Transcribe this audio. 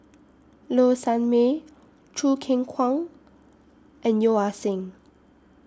Low Sanmay Choo Keng Kwang and Yeo Ah Seng